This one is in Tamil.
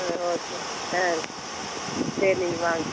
ஆ ஓகே ஆ சரி நீங்கள் வாங்க